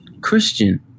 Christian